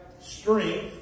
strength